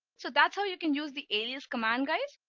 so that's how you can use the alias command guys.